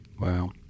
Wow